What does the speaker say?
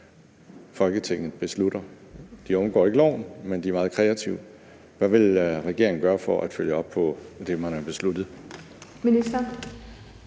Folketinget beslutter. De undgår ikke loven, men de er meget kreative. Hvad vil regeringen gøre for at følge op på det, man har besluttet?